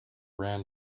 ran